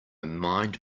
mind